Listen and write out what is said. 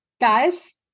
Guys